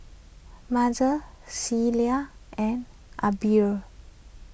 Mazie Celia and Aubrie